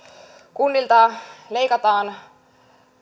kunnilta leikataan